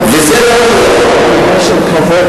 וזה בטוח.